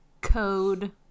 Code